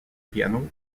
pianos